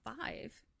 five